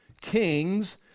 kings